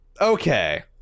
Okay